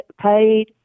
paid